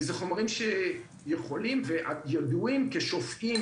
זה חומרים שיכולים וידועים כשופעים